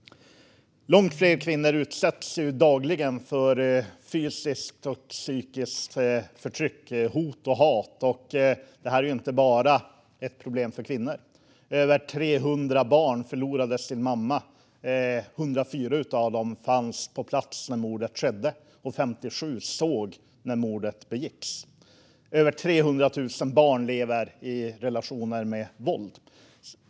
Långt fler kvinnor utsätts dagligen för fysiskt och psykiskt förtryck och hot och hat. Det här är inte bara ett problem för kvinnor. Över 300 barn förlorade under den här perioden sin mamma. 104 av dem fanns på plats när mordet skedde, och 57 av dem såg när mordet begicks. Över 300 000 barn lever i hem med våldsamma relationer.